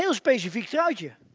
you know specific yeah yeah